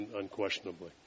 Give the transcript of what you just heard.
unquestionably